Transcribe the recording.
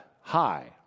high